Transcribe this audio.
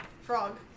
frog